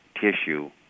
tissue